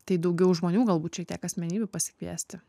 tai daugiau žmonių galbūt šiek tiek asmenybių pasikviesti